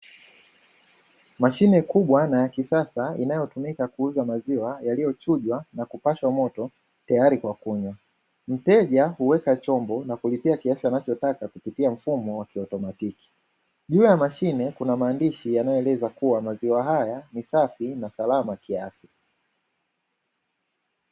Mashine kubwa naya kisasa inayotumika kuuza maziwa yaliyochujwa na kupashwa moto tayari kwa kunywa, mteja huweka chombo nakulipa kiasi anachotaka kupitia mfumo wa kiautomatiki, juu ya mashine kuna maandishi yanayoelezea maziwa haya ni safi na salama kiafya.